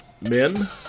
men